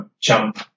jump